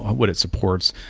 what it supports.